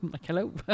hello